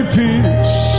peace